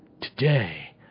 Today